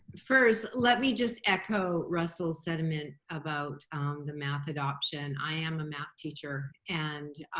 first, let me just echo russell's sentiment about the math adoption. i am a math teacher and